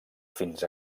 fins